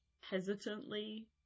hesitantly